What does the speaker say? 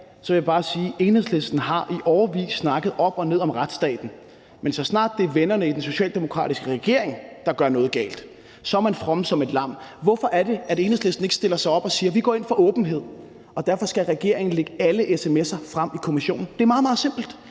så vil jeg bare sige: Enhedslisten har i årevis snakket op og ned om retsstaten, men så snart det er vennerne i den socialdemokratiske regering, der gør noget galt, så er man from som et lam. Hvorfor er det, at Enhedslisten ikke stiller sig op og siger: Vi går ind for åbenhed, og derfor skal regeringen lægge alle sms'er frem i kommissionen? Det er meget, meget simpelt.